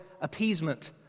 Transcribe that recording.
appeasement